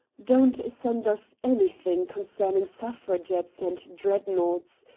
don't send us anything concerning suffragettes and dreadnaughts.